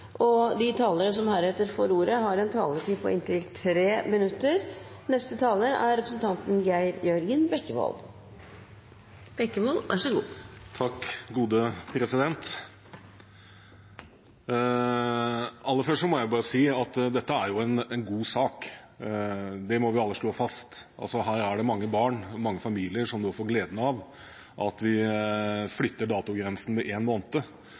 omme. De talere som heretter får ordet, har en taletid på inntil 3 minutter. Aller først må jeg si at dette er en god sak. Det må vi alle slå fast. Her er det mange barn og mange familier som får gleden av at vi flytter datogrensen med én måned. Det vil si at barn født i november får mulighet til å få en